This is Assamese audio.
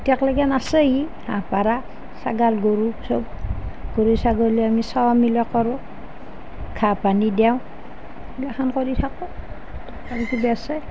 এতিয়াকলৈকে আছেই হাঁহ পাৰ ছাগল গৰু সব গৰু ছাগলী আমি চোৱা মেলা কৰোঁ ঘাঁহ পানী দেওঁ সেইগিলাখন কৰি থাকোঁ আৰু কিবা আছে